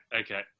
okay